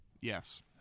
Yes